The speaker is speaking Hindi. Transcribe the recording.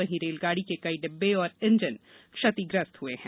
वहीं रेलगाड़ी के कई डिब्बे और इंजन क्षतिग्रस्त हुए हैं